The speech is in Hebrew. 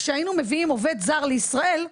כשהיינו מביאים עובד זר לישראל,